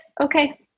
okay